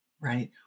right